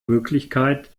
möglichkeit